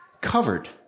covered